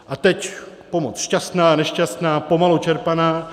A teď pomoc šťastná, nešťastná, pomalu čerpaná...